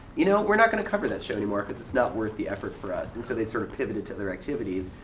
you know, we're not gonna cover that show anymore because it's not worth the effort for us, and so they sort of pivoted to other activities.